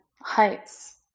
heights